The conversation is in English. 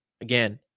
again